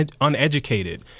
uneducated